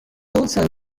also